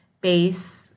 base